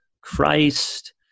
Christ